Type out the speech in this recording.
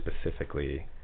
specifically